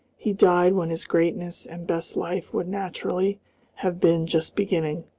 he died when his greatest and best life would naturally have been just beginning.